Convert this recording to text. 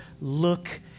look